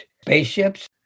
spaceships